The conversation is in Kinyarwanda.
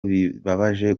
bibabaje